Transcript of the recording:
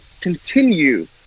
continue